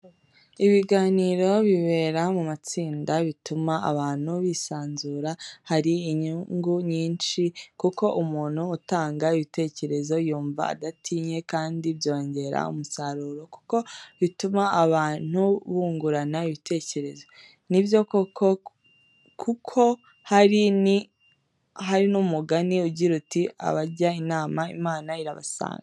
Ibiganiro bibera mu matsinda bituma abantu bisanzura. Hari inyungu nyinshi kuko umuntu utanga igitekerezo yumva adatinye kandi byongera umusaruro kuko bituma abantu bungurana ibitekerezo. Nibyo koko kuko hari ni umugani ugira uti "Abajya inama, Imana irabasanga!."